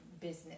business